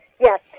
yes